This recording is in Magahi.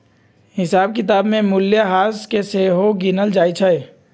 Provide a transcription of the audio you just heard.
हिसाब किताब में मूल्यह्रास के सेहो गिनल जाइ छइ